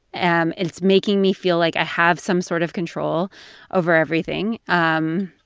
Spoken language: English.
and it's making me feel like i have some sort of control over everything. um